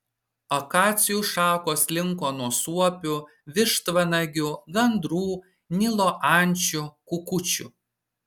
akacijų šakos linko nuo suopių vištvanagių gandrų nilo ančių kukučių